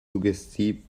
suggestiv